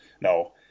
No